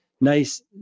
nice